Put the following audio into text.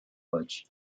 village